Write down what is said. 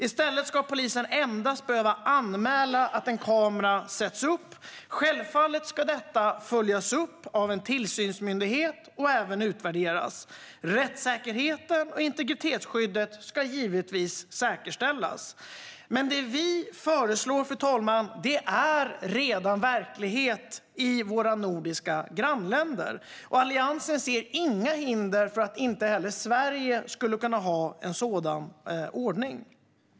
I stället ska polisen endast behöva anmäla att en kamera sätts upp. Självfallet ska detta följas upp av en tillsynsmyndighet och även utvärderas. Rättssäkerheten och integritetsskyddet ska givetvis säkerställas. Det vi föreslår, fru talman, är redan verklighet i våra nordiska grannländer, och Alliansen ser inga hinder för att också Sverige skulle kunna ha en sådan ordning.